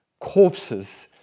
corpses